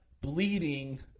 bleeding